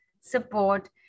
support